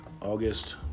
August